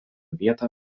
vietą